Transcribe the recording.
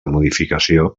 modificació